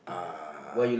uh